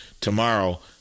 tomorrow